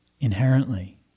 Inherently